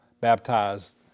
baptized